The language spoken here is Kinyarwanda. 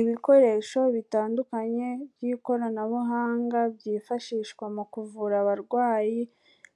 Ibikoresho bitandukanye by'ikoranabuhanga byifashishwa mu kuvura abarwayi